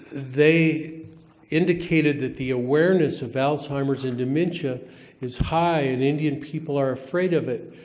they indicated that the awareness of alzheimer's and dementia is high, and indian people are afraid of it,